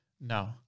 No